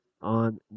on